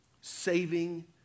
Saving